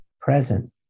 present